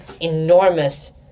enormous